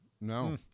No